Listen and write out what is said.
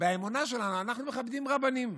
באמונה שלנו אנחנו מכבדים רבנים.